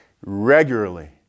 Regularly